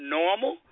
normal